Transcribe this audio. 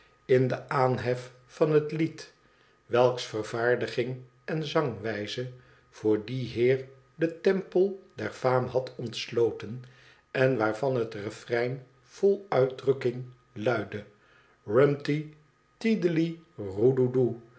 in den aanhef van het lied welks vervaardiging en zangwijze voor dien heer den tempel der faam had ontsloten en waarvan het refrein vol uitdrukking luidde rumty